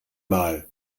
mal